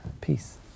Peace